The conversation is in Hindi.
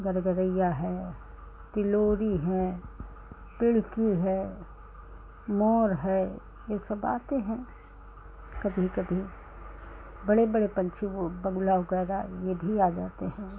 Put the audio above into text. गरगरइया है पिलोरी हैं पुढकी हैं मोर है यह सब आते हैं कभी कभी बड़े बड़े पंछी औ बगुला वगैरह यह भी आ जाते हैं